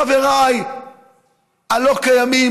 חבריי הלא-קיימים,